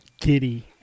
giddy